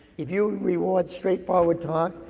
if you reward straightforward talk,